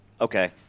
Okay